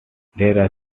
there